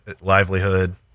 livelihood